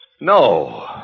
No